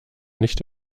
nicht